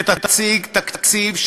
שתציג תקציב,